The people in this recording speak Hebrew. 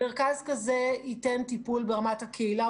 מרכז כזה ייתן טיפול ברמת הקהילה.